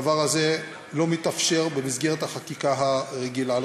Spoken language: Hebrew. הדבר הזה לא מתאפשר במסגרת החקיקה הרגילה.